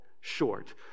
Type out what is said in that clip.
short